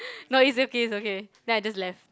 no it's okay it's okay then I just left